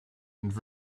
and